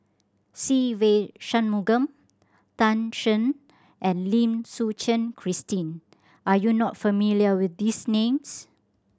Se Ve Shanmugam Tan Shen and Lim Suchen Christine are you not familiar with these names